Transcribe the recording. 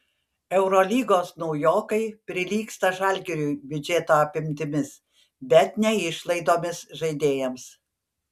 eurolygos naujokai prilygsta žalgiriui biudžeto apimtimis bet ne išlaidomis žaidėjams